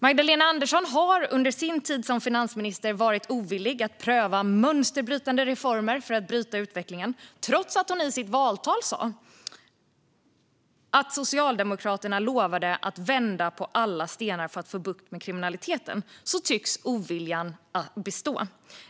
Magdalena Andersson har under sin tid som finansminister varit ovillig att pröva mönsterbrytande reformer för att bryta utvecklingen. Trots att hon i sitt valtal sa att Socialdemokraterna lovade att vända på alla stenar för att få bukt med kriminaliteten tycks oviljan bestå.